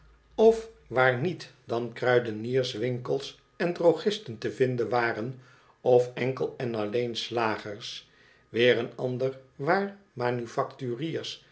of waar niet dan kruidenierswinkels en drogisten te vinden waren of enkel en alleen slagers weer een ander waar manufacturiers